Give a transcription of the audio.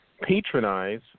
patronize